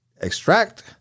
extract